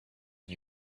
and